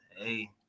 hey